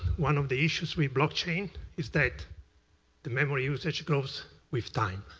one of the issues with blockchain is that the memory usage grows with time.